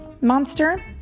monster